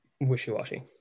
wishy-washy